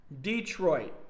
Detroit